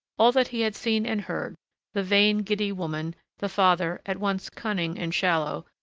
all that he had seen and heard the vain, giddy woman the father, at once cunning and shallow,